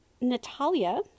Natalia